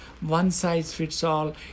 one-size-fits-all